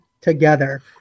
together